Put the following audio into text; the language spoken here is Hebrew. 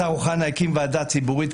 השר אוחנה הקים ועדה ציבורית,